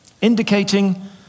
indicating